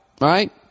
right